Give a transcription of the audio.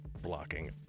blocking